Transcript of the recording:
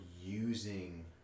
using